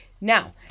Now